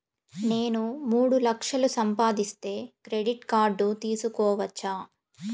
నేను మూడు లక్షలు సంపాదిస్తే క్రెడిట్ కార్డు తీసుకోవచ్చా?